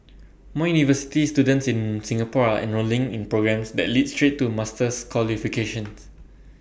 more university students in Singapore are enrolling in programmes that lead straight to master's qualifications